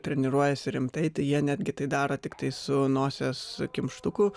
treniruojasi rimtai tai jie netgi tai daro tiktai su nosies kimštuku